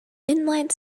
inline